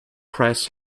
press